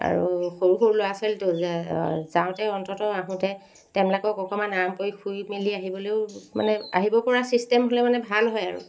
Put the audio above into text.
আৰু সৰু সৰু ল'ৰা ছোৱালীতো যা যাওঁতে অন্ততঃ আহোঁতে তেওঁলোবিলাকক অকণমান আৰাম কৰি মেলি আহিবলৈও মানে আহিব পৰা ছিষ্টেম হ'লে মানে ভাল হয় আৰু